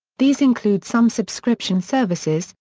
these include some subscription services,